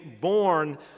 born